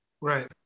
Right